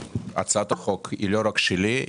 הצעת החוק היא לא רק שלי,